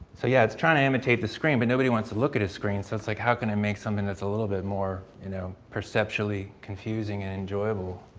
so yeah, it's trying to imitate the screen but nobody wants to look at his screen so it's like how can i make something that's a little bit more you know perceptually confusing and enjoyable,